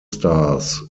stars